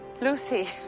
Lucy